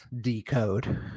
decode